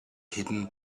hidden